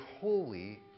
holy